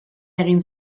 egin